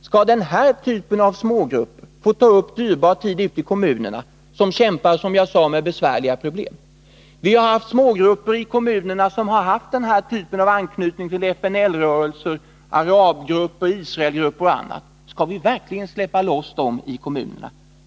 Skall den typen av smågrupper få ta upp dyrbar tid ute i kommunerna, som kämpar, som jag sade, med besvärliga problem? Vi har haft smågrupper i kommunerna som har haft anknytning till FNL-rörelsen, arabgrupper och Israelgrupper och annat. Skall vi verkligen släppa loss dem i kommunfullmäktige?